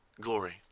glory